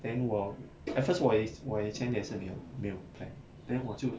then 我 at first 我以我以前也是没有没有 plan then 我就